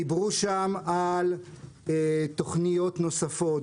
דיברו שם על תכניות נוספות,